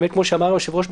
כמו שאמר היושב-ראש,